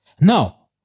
Now